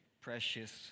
precious